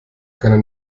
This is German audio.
keine